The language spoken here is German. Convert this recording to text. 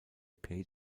page